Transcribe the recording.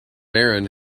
baron